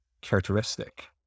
characteristic